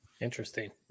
Interesting